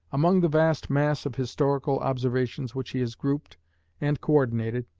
among the vast mass of historical observations which he has grouped and co-ordinated,